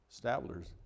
stablers